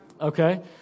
Okay